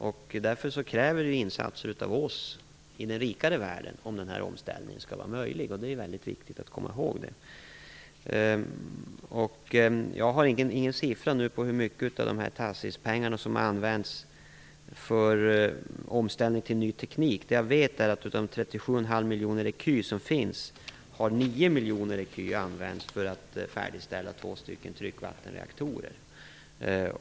Därför krävs insatser av oss i den rikare världen om denna omställning skall vara möjlig - det är väldigt viktigt att komma ihåg det. Jag har ingen siffra på hur mycket av TACIS Jag vet att 9 miljoner av de 37,5 miljoner ecu som finns har använts för att färdigställa två tryckvattenreaktorer.